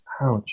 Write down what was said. Ouch